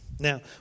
Now